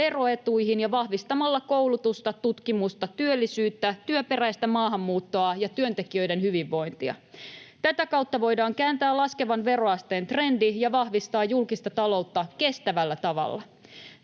veroetuihin ja vahvistamalla koulutusta, tutkimusta, työllisyyttä, työperäistä maahanmuuttoa ja työntekijöiden hyvinvointia. Tätä kautta voidaan kääntää laskevan veroasteen trendi ja vahvistaa julkista taloutta kestävällä tavalla.